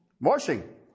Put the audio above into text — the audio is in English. washing